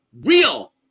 real